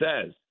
says